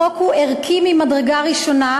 החוק הוא ערכי ממדרגה ראשונה,